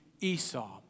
Esau